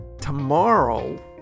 Tomorrow